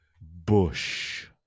bush